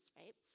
right